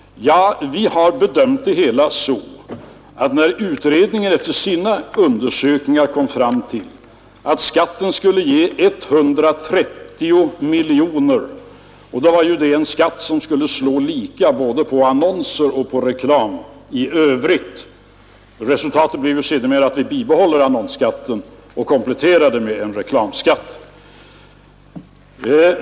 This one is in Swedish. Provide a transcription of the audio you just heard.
Ja, vi har bedömt det hela på följande sätt. Undersökningen kom efter sina överväganden fram till att skatten skulle ge 130 miljoner kronor. Det var fråga om en skatt som skulle slå lika både på annonser och på reklam i övrigt. Resultatet blev dock sedermera att vi bibehåller annonsskatten och kompletterar den med en reklamskatt.